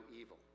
evil